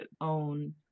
own